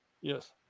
Yes